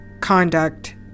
conduct